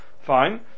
fine